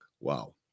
Wow